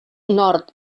nord